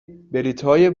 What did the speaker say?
بلیطهای